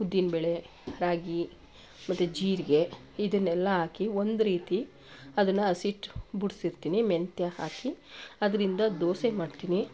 ಉದ್ದಿನ ಬೇಳೆ ರಾಗಿ ಮತ್ತೆ ಜೀರಿಗೆ ಇದನ್ನೆಲ್ಲ ಹಾಕಿ ಒಂದ್ರೀತಿ ಅದನ್ನು ಹಸಿಟ್ಟು ಬಿಡ್ಸಿರ್ತೀನಿ ಮೆಂತ್ಯ ಹಾಕಿ ಅದರಿಂದ ದೋಸೆ ಮಾಡ್ತೀನಿ